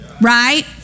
Right